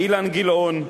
אילן גילאון,